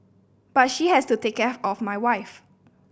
but she has to take care of my wife